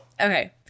Okay